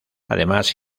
además